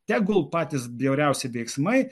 tegul patys bjauriausi veiksmai